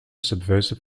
subversive